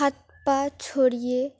হাত পা ছড়িয়ে